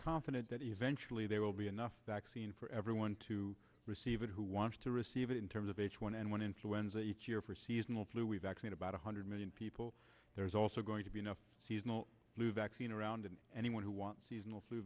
confident that eventually there will be enough vaccine for everyone to receive it who wants to receive it in terms of h one n one influenza each year for seasonal flu we've actually about one hundred million people there's also going to be enough seasonal flu vaccine around and anyone who wants seasonal flu